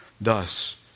Thus